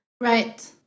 Right